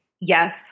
Yes